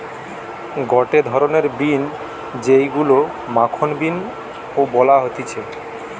গটে ধরণের বিন যেইগুলো মাখন বিন ও বলা হতিছে